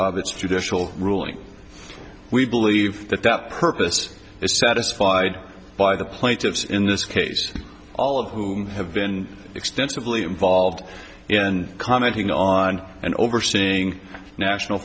of its judicial rulings we believe that that purpose is satisfied by the plaintiffs in this case all of whom have been extensively involved in commenting on and overseeing national